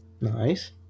Nice